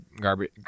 garbage